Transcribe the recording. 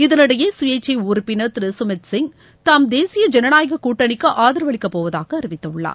இதனிடையே சுயேச்சை உறுப்பினர் திரு சுமித் சிங் தாம் தேசிய ஜனநாயகக் கூட்டணிக்கு ஆதரவளிக்கப் போவதாக அறிவித்துள்ளார்